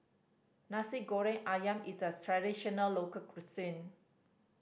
Nasi Goreng Ayam is a traditional local cuisine